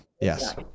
Yes